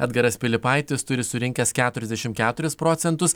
edgaras pilypaitis turi surinkęs keturiasdešimt keturis procentus